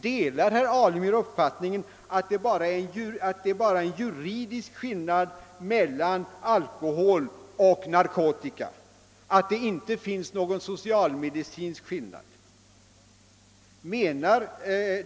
Delar herr Alemyr uppfattningen, att det bara är en juridisk skillnad mellan alkohol och narkotika och att det inte finns någon socialmedicinsk skillnad?